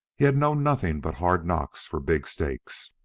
he had known nothing but hard knocks for big stakes.